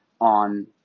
on